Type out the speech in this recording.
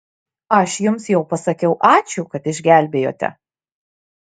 aš jums jau pasakiau ačiū kad išgelbėjote